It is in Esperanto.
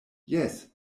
jes